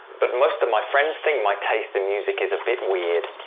but most of my friends think my taste in music is a bit weird.